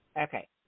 Okay